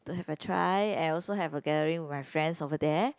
to have a try and also have a gathering with my friends over there